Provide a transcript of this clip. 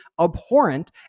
abhorrent